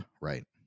right